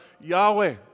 Yahweh